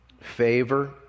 favor